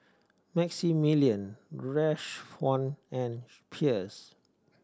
Maximilian Rashawn and Pierce